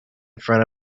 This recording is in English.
front